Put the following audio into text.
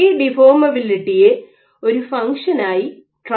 ഈ ഡിഫോർമബിലിറ്റിയെ ഒരു ഫങ്ക്ഷനായി ട്രാക്ക് ചെയ്യാം